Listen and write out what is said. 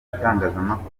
itangazamakuru